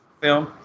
film